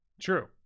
True